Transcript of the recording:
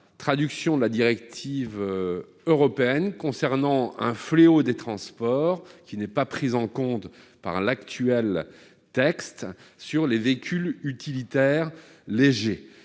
transposition de la directive européenne concernant un fléau des transports qui n'est pas pris en compte par le texte actuel, lié aux véhicules utilitaires légers